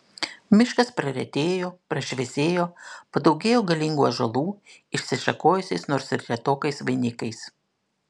miškas praretėjo prašviesėjo padaugėjo galingų ąžuolų išsišakojusiais nors ir retokais vainikais